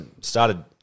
started